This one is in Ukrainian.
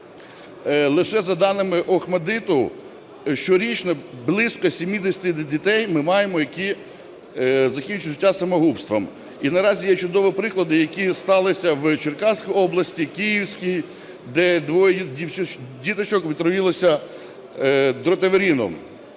Лише за даними ОХМАТДИТУ щорічно близько 70 дітей ми маємо, які закінчують життя самогубством. І наразі є чудові приклади, які сталися в Черкаській області, Київській, де двоє діточок отруїлися дротаверином.